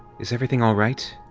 is everything alright?